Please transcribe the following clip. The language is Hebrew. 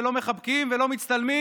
לא מחבקים ולא מצטלמים?